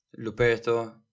Luperto